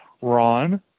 Ron